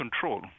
control